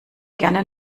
gerne